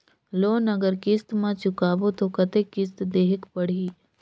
Loan अगर किस्त म चुकाबो तो कतेक किस्त देहेक पढ़ही?